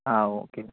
ആ ഓക്കെ